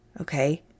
Okay